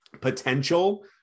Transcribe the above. potential